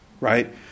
right